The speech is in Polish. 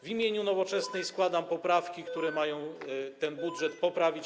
W imieniu Nowoczesnej składam poprawki, które mają ten budżet poprawić.